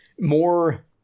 more